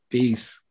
Peace